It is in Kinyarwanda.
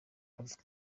afite